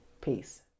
Peace